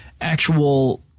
actual